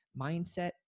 mindset